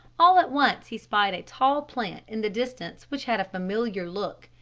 all at once he spied a tall plant in the distance which had a familiar look.